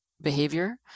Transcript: behavior